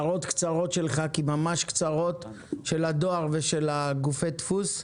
הערות קצרות שלך, של הדואר ושל גופי הדפוס,